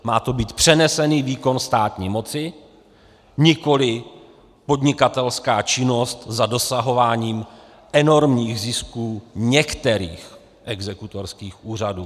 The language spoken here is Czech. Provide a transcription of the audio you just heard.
Má to být přenesený výkon státní moci, nikoliv podnikatelská činnost za dosahování enormních zisků některých exekutorských úřadů.